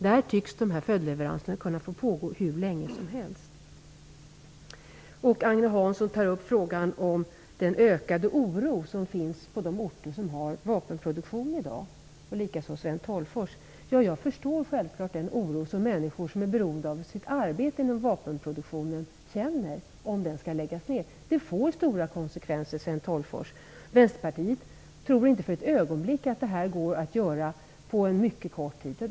Där tycks följdleveranserna kunna få pågå hur länge som helst. Agne Hansson, och likaså Sten Tolgfors, tog upp frågan om den ökade oro som finns på de orter som har vapenproduktion i dag. Jag förstår självklart den oro som människor som är beroende för sitt arbete av vapenproduktionen känner om den skall läggas ned. Det får stora konsekvenser, Sten Tolgfros. Vänsterpartiet tror inte för ett ögonblick på att det går att göra på en kort tid.